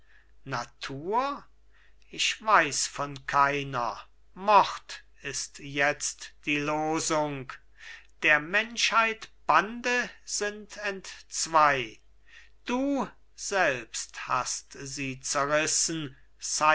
natur ich weiß von keiner mord ist jetzt die losung der menschheit bande sind entzwei du selbst hast sie zerrissen